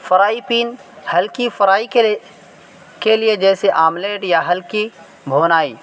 fry pan ہلکی fry کے لیے کے لیے جیسے آملیٹ یا ہلکی بھنائی